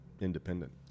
independent